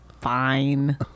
fine